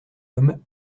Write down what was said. homme